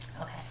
Okay